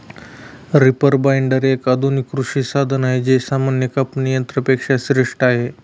reaper binder, एक आधुनिक कृषी साधन आहे जे सामान्य कापणी यंत्रा पेक्षा श्रेष्ठ आहे